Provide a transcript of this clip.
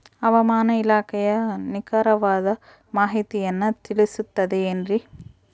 ಹವಮಾನ ಇಲಾಖೆಯ ನಿಖರವಾದ ಮಾಹಿತಿಯನ್ನ ತಿಳಿಸುತ್ತದೆ ಎನ್ರಿ?